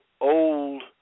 old